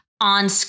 On